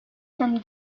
from